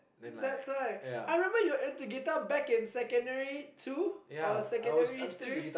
that's why I remember you were into guitar back in secondary two or secondary three